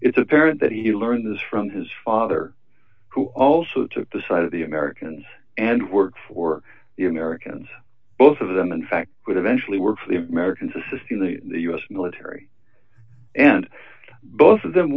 it's apparent that he learned this from his father who also took the side of the americans and worked for the americans both of them in fact would eventually work for the americans assisting the us military and both of them